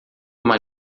uma